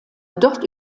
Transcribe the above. dort